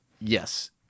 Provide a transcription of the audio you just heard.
Yes